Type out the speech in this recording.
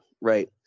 right